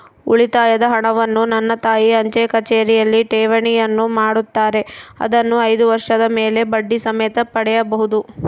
ಉಳಿತಾಯದ ಹಣವನ್ನು ನನ್ನ ತಾಯಿ ಅಂಚೆಕಚೇರಿಯಲ್ಲಿ ಠೇವಣಿಯನ್ನು ಮಾಡುತ್ತಾರೆ, ಅದನ್ನು ಐದು ವರ್ಷದ ಮೇಲೆ ಬಡ್ಡಿ ಸಮೇತ ಪಡೆಯಬಹುದು